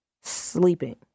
sleeping